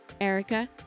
Erica